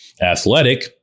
athletic